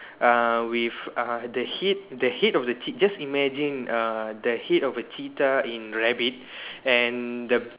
uh with uh the head the head of the chee~ just imagine the head of a cheetah in rabbit and the